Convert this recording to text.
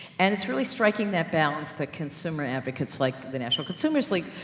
and it's really striking that balance to consumer advocates, like the national consumers' league,